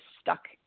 stuck